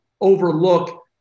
overlook